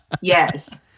Yes